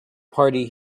party